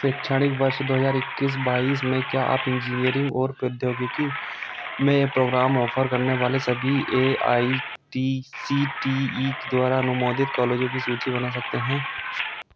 शैक्षणिक वर्ष दो हज़ार इक्कीस बाईस में क्या आप इंजीनियरिंग और प्रौद्योगिकी में प्रोग्राम ऑफ़र करने वाले सभी A I T C T E के द्वारा अनुमोदित कॉलेजों की सूची बना सकते हैं